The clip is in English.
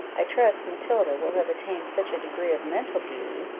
i trust matilda will have attained such a degree of mental beauty,